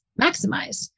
Maximize